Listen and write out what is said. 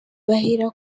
bahera